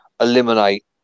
eliminate